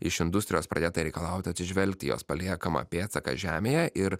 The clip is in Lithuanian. iš industrijos pradėta reikalaut atsižvelgt į jos paliekamą pėdsaką žemėje ir